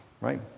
Right